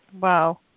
Wow